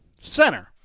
center